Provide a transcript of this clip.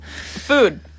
Food